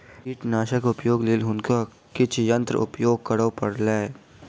कीटनाशकक उपयोगक लेल हुनका किछ यंत्र उपयोग करअ पड़लैन